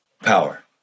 power